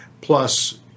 Plus